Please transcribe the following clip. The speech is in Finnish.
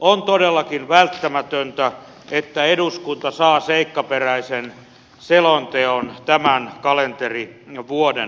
on todellakin välttämätöntä että eduskunta saa seikkaperäisen selonteon tämän kalenterivuoden aikana